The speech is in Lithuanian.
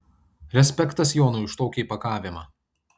respektas jonui už tokį įpakavimą